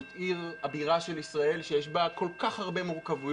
זאת עיר הבירה של ישראל ויש בה כל כך הרבה מורכבויות,